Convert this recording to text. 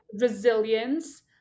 resilience